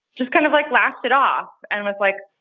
just kind of, like, laughed it off and was like,